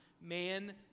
man